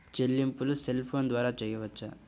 చెల్లింపులు cell phone ద్వారా చేయవచ్చా?